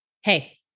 Hey